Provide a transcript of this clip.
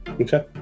Okay